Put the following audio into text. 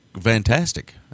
fantastic